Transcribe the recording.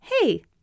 Hey